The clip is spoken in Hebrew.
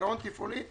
גירעון תפעולי,